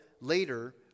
later